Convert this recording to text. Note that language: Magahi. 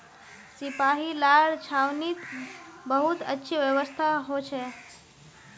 सिपाहि लार छावनीत बहुत अच्छी व्यवस्था हो छे